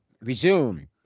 resume